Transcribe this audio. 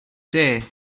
day